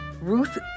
Ruth